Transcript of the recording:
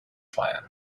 plan